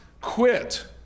quit